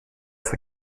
esta